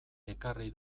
ekarri